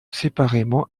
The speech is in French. séparément